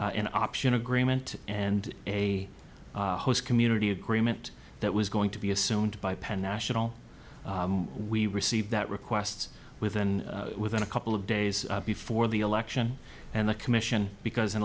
an option agreement and a host community agreement that was going to be assumed by penn national we received that requests within within a couple of days before the election and the commission because an